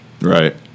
Right